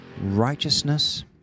righteousness